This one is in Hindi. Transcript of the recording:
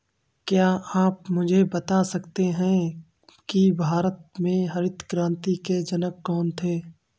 क्या आप मुझे बता सकते हैं कि भारत में हरित क्रांति के जनक कौन थे?